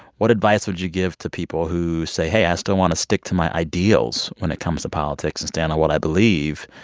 what advice would you give to people who say, hey, i still want to stick to my ideals when it comes to politics and stand on what i believe,